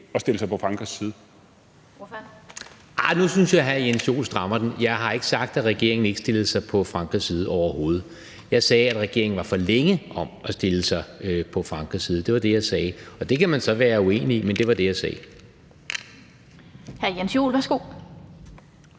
Kl. 16:58 Jan E. Jørgensen (V): Nu synes jeg, hr. Jens Joel strammer den. Jeg har ikke sagt, at regeringen ikke stillede sig på Frankrigs side, overhovedet. Jeg sagde, at regeringen var for længe om at stille sig på Frankrigs side. Det var det, jeg sagde. Og det kan man så være uenig i, men det var det, jeg sagde. Kl. 16:58 Den fg.